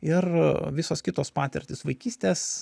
ir visos kitos patirtys vaikystės